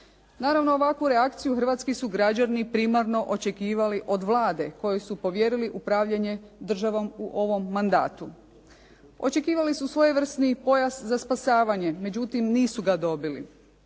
Naravno ovakvu reakciju hrvatski su građani primarno očekivali od Vlade kojoj su povjerili upravljanje državom u ovom mandatu. Očekivali su svojevrsni pojas za spasavanje, međutim nisu ga dobili,